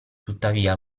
tuttavia